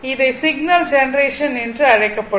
இதை signal generation என்று அழைக்கப்படும்